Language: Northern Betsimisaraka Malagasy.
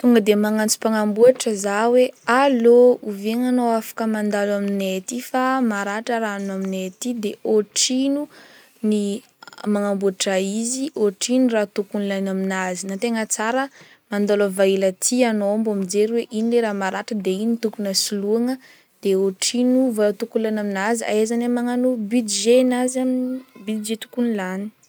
Tonga de magnantso mpanamboatra za hoe: Allô, oviagna agnao afaka mandalo amignay aty, fa maratra rano aminay aty de hoatrino ny manamboatra izy hoatrino raha tokony ilaina amin'azy, na tegna tsara mandalôva hely aty iagnao, mijery hoe ino le raha maratra, de ino tokony ho soloina, de ohatrino vôla tokony ilaigna amin'azy ahaizagnay magnao budgten'azy, am- budget tokony lany.